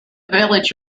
village